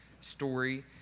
story